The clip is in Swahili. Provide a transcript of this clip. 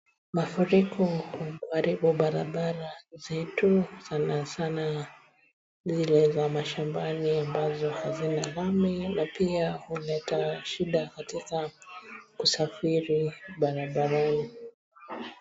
Mafuriko yameharibu barabara zetu sana sana zile za mashambani ambazo hazina lami na pia umeleta shida katika kusafiri barabarani.